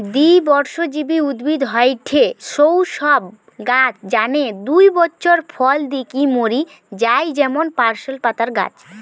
দ্বিবর্ষজীবী উদ্ভিদ হয়ঠে সৌ সব গাছ যানে দুই বছর ফল দিকি মরি যায় যেমন পার্সলে পাতার গাছ